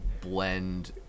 blend